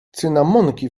cynamonki